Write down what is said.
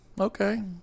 okay